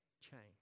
change